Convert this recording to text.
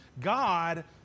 God